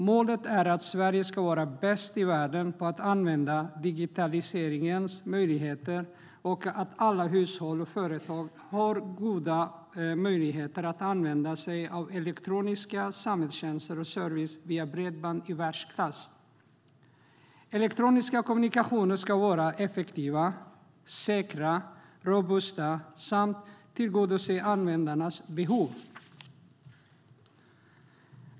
Målet är att Sverige ska vara bäst i världen på att använda digitaliseringens möjligheter och att alla hushåll och företag ska ha goda möjligheter att använda sig av elektroniska samhällstjänster och service via bredband i världsklass. Elektroniska kommunikationer ska vara effektiva, säkra och robusta samt tillgodose användarnas behov.